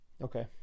okay